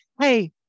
hey